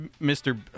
Mr